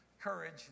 Courage